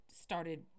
started